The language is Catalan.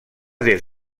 des